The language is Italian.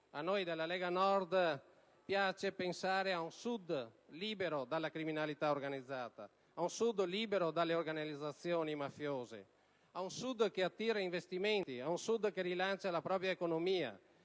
A noi della Lega Nord piace pensare ad un Sud libero dalla criminalità organizzata e dalle organizzazioni mafiose, ad un Sud che attira investimenti, che rilancia la propria economia,